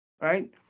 right